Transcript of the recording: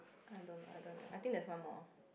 I don't know I don't know I think there's one more